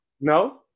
No